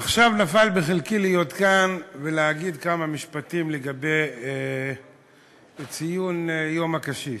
עכשיו נפל בחלקי להיות כאן ולהגיד כמה משפטים לציון יום הקשיש.